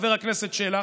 חבר הכנסת שלח,